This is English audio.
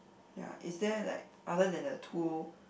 ya is there like other than the two